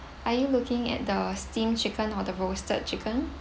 are you looking at the steamed chicken or the roasted chicken